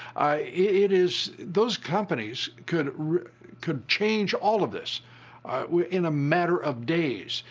it is those companies could could change all of this in a matter of days.